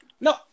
No